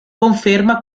conferma